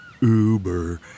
Uber